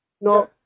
No